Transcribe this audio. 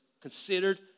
considered